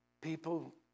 People